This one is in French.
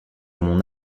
mon